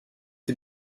est